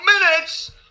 minutes